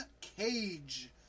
Cage